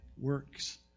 works